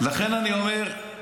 לכן אני אומר,